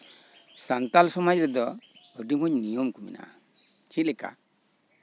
ᱥᱟᱱᱛᱟᱲ ᱥᱚᱢᱟᱡ ᱨᱮᱫᱚ ᱟᱹᱰᱤ ᱢᱚᱸᱡᱽ ᱱᱤᱭᱚᱢ ᱠᱚ ᱢᱮᱱᱟᱜᱼᱟ ᱪᱮᱫ ᱞᱮᱠᱟ